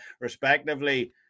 respectively